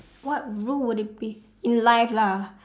what rule will it be in life lah